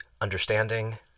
understanding